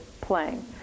playing